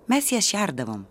mes jas šerdavom